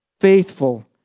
Faithful